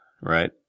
right